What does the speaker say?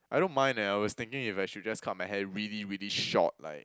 I don't mind eh I was thinking if I should just cut my hair really really short like